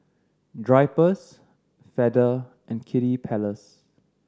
Drypers Feather and Kiddy Palace